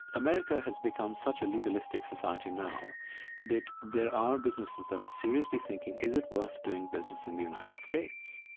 america has become such a legalistic society now that there are businesses that are seriously thinking is it worth doing business in the united states?